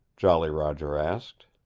jolly roger asked.